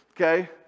Okay